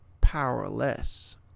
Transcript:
powerless